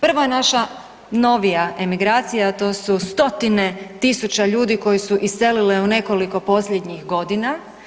Prvo je naša novija emigracija, a to su stotine tisuća ljudi koje su iselile u nekoliko posljednjih godina.